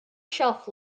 shelf